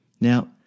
Now